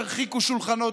תרחיקו שולחנות,